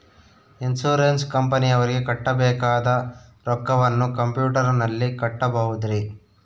Insurance ಕಂಪನಿಯವರಿಗೆ ಕಟ್ಟಬೇಕಾದ ರೊಕ್ಕವನ್ನು ಕಂಪ್ಯೂಟರನಲ್ಲಿ ಕಟ್ಟಬಹುದ್ರಿ?